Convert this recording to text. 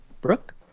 Brooke